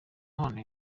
mpano